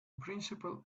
principle